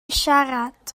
siarad